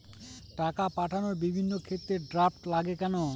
টাকা পাঠানোর বিভিন্ন ক্ষেত্রে ড্রাফট লাগে কেন?